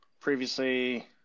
previously